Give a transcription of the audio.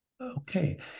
Okay